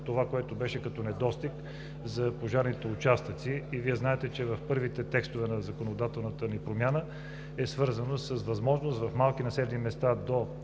това, което беше като недостиг за пожарните участъци. Знаете, че първите текстове на законодателната ни промяна са свързани с възможността в малки населени места –